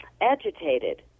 agitated